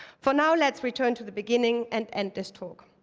for now let's return to the beginning and end this talk.